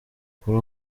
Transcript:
kuri